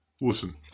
Listen